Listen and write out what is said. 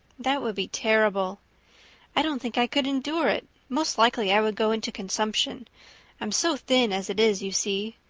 that would be terrible i don't think i could endure it most likely i would go into consumption i'm so thin as it is, you see.